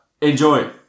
Enjoy